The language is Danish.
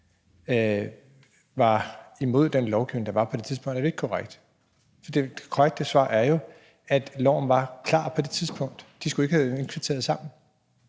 var imod den lovgivning, der var på det tidspunkt, er det jo ikke korrekt. Det korrekte svar er jo, at loven var klar på det tidspunkt. De skulle ikke have været indkvarteret sammen.